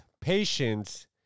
patience